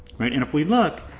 right. and if we look,